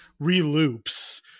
reloops